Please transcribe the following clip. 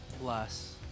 plus